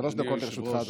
שלוש דקות לרשותך.